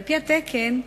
על-פי התקן,